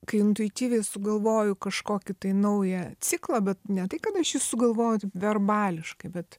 kai intuityviai sugalvoju kažkokį naują ciklą bet ne tai kad aš jį sugalvojau verbališkai bet